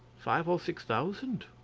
five or six thousand.